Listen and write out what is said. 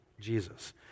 Jesus